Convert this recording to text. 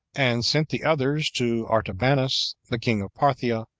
and sent the others to artabanus, the king of parthia,